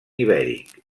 ibèric